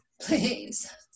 please